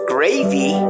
Gravy